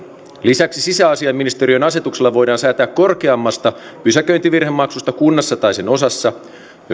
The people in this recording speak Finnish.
lisäksi sisäasiainministeriön asetuksella voidaan säätää korkeammasta pysäköintivirhemaksusta kunnassa tai sen osassa jos